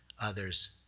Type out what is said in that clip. others